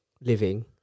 living